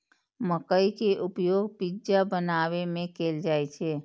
मकइ के उपयोग पिज्जा बनाबै मे कैल जाइ छै